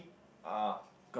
are god